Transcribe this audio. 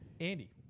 Andy